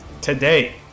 ...today